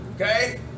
Okay